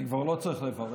אני כבר לא צריך לברך,